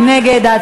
מי נגד?